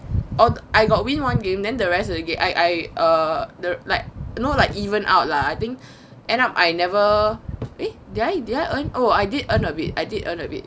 oh I got when one game then the rest of the game I I err the like you know like even out lah I think end up I never eh did I did I earn oh I did earn a bit I did earn a bit